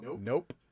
Nope